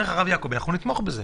אומר לך הרב יעקבי שנתמוך בזה.